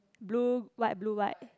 blue white blue white